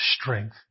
strength